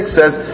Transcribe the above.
says